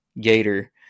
gator